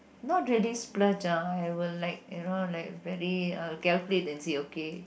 not really splurge ah I will like you know like very uh calculate and see okay